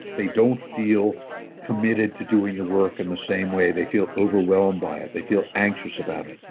they don't feel committed to doing the work in the same way. they feel overwhelmed by it. they feel anxious about it.